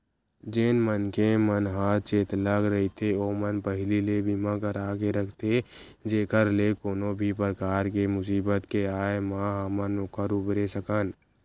जेन मनखे मन ह चेतलग रहिथे ओमन पहिली ले बीमा करा के रखथे जेखर ले कोनो भी परकार के मुसीबत के आय म हमन ओखर उबरे सकन